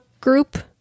group